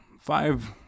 five